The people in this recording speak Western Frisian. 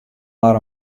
mar